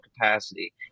capacity